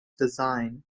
design